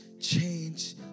change